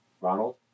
Ronald